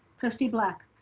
trustee black.